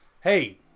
hey